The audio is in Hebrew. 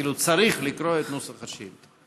אפילו צריך לקרוא את נוסח השאילתה.